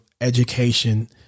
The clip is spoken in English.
education